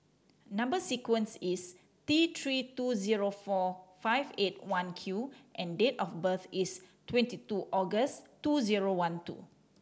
number sequence is T Three two zero four five eight one Q and date of birth is twenty two August two zero one two